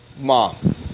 Mom